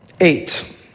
Eight